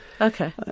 Okay